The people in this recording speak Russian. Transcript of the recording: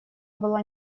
была